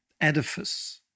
edifice